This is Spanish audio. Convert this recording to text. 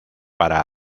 para